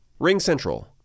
RingCentral